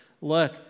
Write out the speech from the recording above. look